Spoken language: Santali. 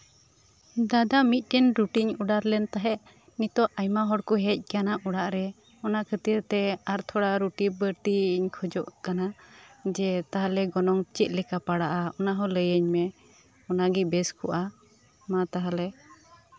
ᱫᱟᱫᱟ ᱢᱤᱫᱴᱮᱱ ᱨᱩᱴᱤᱧ ᱚᱰᱟᱨ ᱞᱮᱫ ᱛᱟᱦᱮᱸᱫ ᱱᱤᱛᱚᱜ ᱟᱭᱢᱟ ᱦᱚᱲᱠᱚ ᱦᱮᱡ ᱟᱠᱟᱱᱟ ᱚᱲᱟᱜᱨᱮ ᱚᱱᱟ ᱠᱷᱟᱹᱛᱤᱨᱛᱮ ᱟᱨ ᱛᱷᱚᱲᱟ ᱨᱩᱴᱤ ᱵᱟᱹᱲᱛᱤᱧ ᱠᱷᱚᱡᱚᱜ ᱠᱟᱱᱟ ᱡᱮ ᱛᱟᱦᱞᱮ ᱜᱚᱱᱚᱝ ᱪᱮᱫ ᱞᱮᱠᱟ ᱯᱲᱟᱜᱼᱟ ᱚᱱᱟ ᱦᱚᱸ ᱞᱟᱹᱭ ᱟᱹᱧ ᱢᱮ ᱚᱱᱟᱜᱮ ᱵᱮᱥ ᱠᱚᱜᱼᱟ ᱢᱟ ᱛᱟᱦᱞᱮ